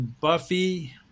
Buffy